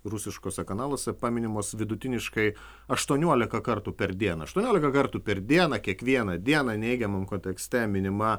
rusiškuose kanaluose paminimos vidutiniškai aštuoniolika kartų per dieną aštuoniolika kartų per dieną kiekvieną dieną neigiamam kontekste minima